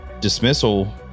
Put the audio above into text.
dismissal